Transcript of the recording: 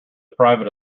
private